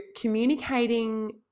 communicating